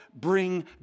bring